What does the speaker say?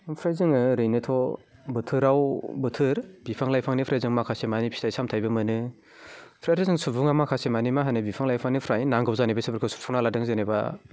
ओमफ्राय जोङो ओरैनोथ' बोथोराव बोथोर बिफां लाइफांनिफ्राय जों माखासेमानि फिथाइ सामथायबो मोनो ओमफ्राय आरो जों सुबुङा माखासेमानि मा होनो बिफां लाइफांनिफ्राय नांगौ जानाय बेसादफोरखौ सुफुंना लादों जेनेबा